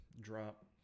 drop